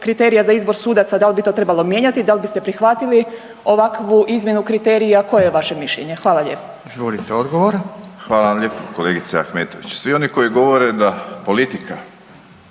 kriterija za izbor sudaca, da li bi to trebalo mijenjati, da li biste prihvatili ovakvu izmjenu kriterija koje je vaše mišljenje. Hvala lijepo. **Radin, Furio (Nezavisni)** Izvolite odgovor. **Borić, Josip (HDZ)** Hvala vam lijepo kolegice Ahmetović. Svi oni koji govore da politika